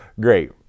great